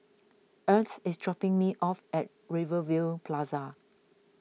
Ernst is dropping me off at Rivervale Plaza